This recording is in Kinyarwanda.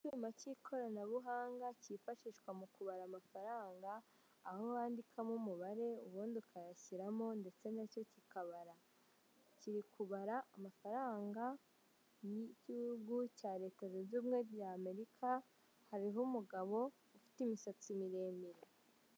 Icyma k'ikoranabuhanga kifashishwa mu kubara amafaranga aho wandikamo umubare ubundi ukayashyiramo ndetse nacyo kikabara, kiri kubara amafaranga y'igihugu cya leta zunze ubumwe z'Amerika hariho umugabo ufite imisatsi miremire.